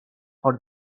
for